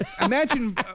Imagine